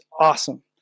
awesome